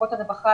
שמחלקות הרווחה,